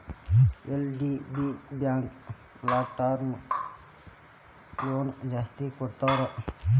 LDB bank long term loan ಜಾಸ್ತಿ ಕೊಡ್ತಾರ